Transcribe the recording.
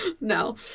no